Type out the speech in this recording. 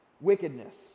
wickedness